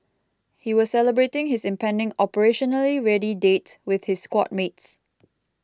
he was celebrating his impending operationally ready date with his squad mates